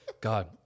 God